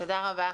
תודה רבה.